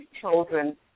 children